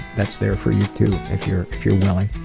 that's there for you, too, if you're if you're willing.